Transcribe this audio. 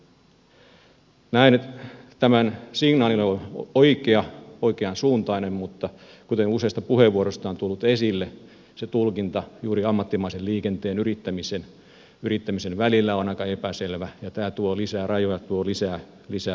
näen tämän signaalin oikean suuntaisena mutta kuten useista puheenvuoroista on tullut esille se tulkinta juuri ammattimaisen liikenteen yrittämisen välillä on aika epäselvä ja tämä tuo lisää rajoja tuo lisää pohdintaa